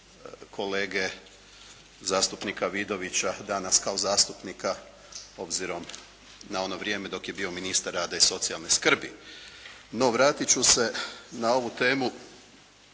kolege zastupnika Vidovića danas kao zastupnika obzirom na ono vrijeme dok je bio ministar rada i socijalne skrbi. No, vratit ću se na ovu temu.